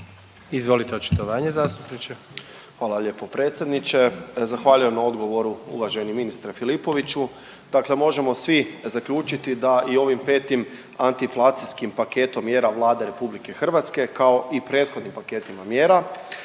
Izvolite očitovanje zastupniče. **Okroša, Tomislav (HDZ)** Hvala lijepo predsjedniče. Zahvaljujem na odgovoru uvaženi ministre Filipoviću. Dakle, možemo svi zaključiti da i ovim 5. antiinflacijskim paketom mjera Vlade RH, kao i prethodnim paketima mjera